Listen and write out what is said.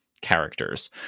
characters